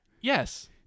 Yes